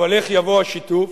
אבל איך יבוא השיתוף?